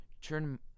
turn